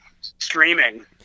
streaming